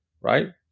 Right